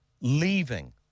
leaving